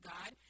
God